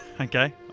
Okay